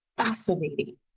Fascinating